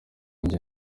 njye